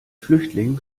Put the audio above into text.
flüchtling